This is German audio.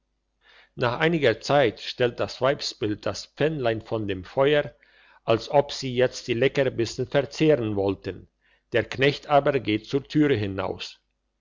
nach einiger zeit stellt das weibsbild das pfännlein von dem feuer als ob sie jetzt die leckerbissen verzehren wollten der knecht aber geht zur türe hinaus